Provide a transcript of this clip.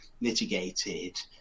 litigated